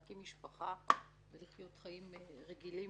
להקים משפחה ולחיות חיים רגילים.